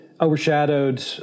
overshadowed